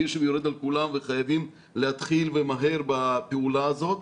גשם יורד על כולם וחייבים להתחיל ומהר בפעולה הזאת.